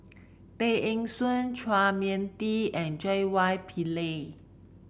Tay Eng Soon Chua Mia Tee and J Y Pillay